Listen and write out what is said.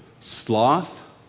sloth